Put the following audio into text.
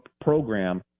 program